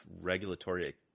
regulatory